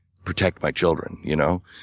protect my children, you know?